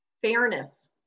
fairness